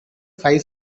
five